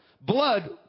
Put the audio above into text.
Blood